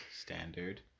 standard